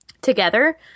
together